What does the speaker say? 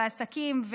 בעסקים,